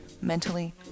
mentally